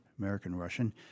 American-Russian